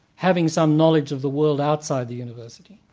having some knowledge of the world outside the university,